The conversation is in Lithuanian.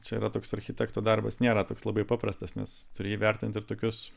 čia yra toks architekto darbas nėra toks labai paprastas nes turi įvertint ir tokius